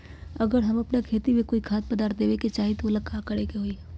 अगर हम अपना खेती में कोइ खाद्य पदार्थ देबे के चाही त वो ला का करे के होई?